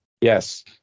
Yes